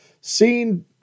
seen